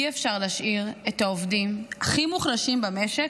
אי-אפשר להשאיר את העובדים הכי מוחלשים במשק,